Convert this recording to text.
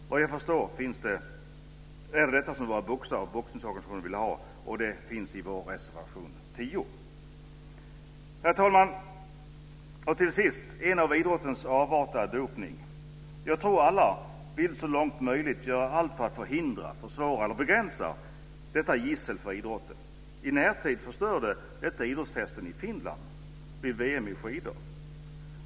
Såvitt jag förstår är det detta som våra boxare och boxningsorganisationer vill ha, och det finns i vår reservation 10. Herr talman! En av idrottens avarter är dopning. Jag tror att alla vill så långt möjligt göra allt för att förhindra, försvåra eller begränsa detta gissel för idrotten. I närtid förstörde detta idrottsfesten i Finland vid VM i skidor.